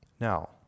Now